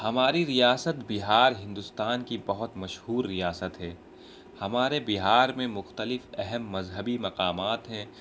ہماری ریاست بہار ہندوستان کی بہت مشہور ریاست ہے ہمارے بہار میں مختلف اہم مذہبی مقامات ہیں